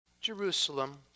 Jerusalem